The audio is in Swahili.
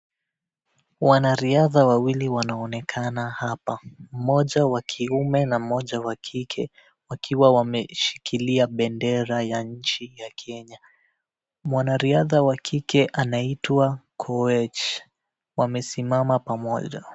Wanariadha wawili wanaonekana hapa mmoja wa kiume na mmoja wa kike wakiwa wameshikilia bendera ya nchi ya Kenya. Mwanariadha wa kike ainaitwa Koech wamesimama pamoja.